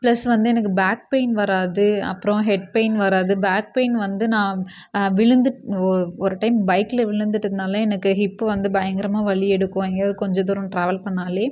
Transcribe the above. plus வந்து எனக்கு back pain வராது அப்புறம் ஹெட் பெய்ன் வராது பேக் பெய்ன் வந்து நான் விழுந்துட் ஓ ஒரு டைம் பைக்கில் விழுந்துட்டதனால் எனக்கு ஹிப்பு வந்து பயங்கரமாக வலி எடுக்கும் எங்கேயாது கொஞ்ச தூரம் ட்ராவல் பண்ணால்